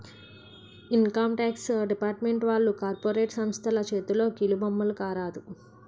income tax department వాళ్లు corporate సంస్థల చేతిలో కీలుబొమ్మల కారాదు